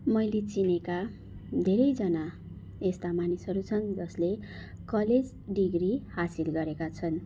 मैले चिनेका धेरैजना यस्ता मानिसहरू छन् जसले कलेज डिग्री हासिल गरेका छन्